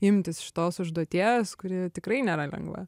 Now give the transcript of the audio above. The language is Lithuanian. imtis šitos užduoties kuri tikrai nėra lengva